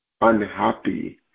unhappy